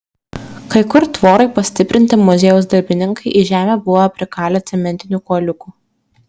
kai kur tvorai pastiprinti muziejaus darbininkai į žemę buvo prikalę cementinių kuoliukų